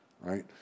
right